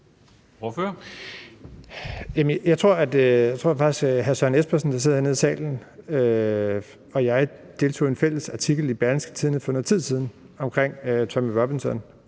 Jeg tror faktisk, at hr. Søren Espersen, der sidder hernede i salen, og jeg deltog i en fælles artikel i Berlingske for et stykke tid omkring Tommy Robinson.